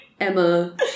Emma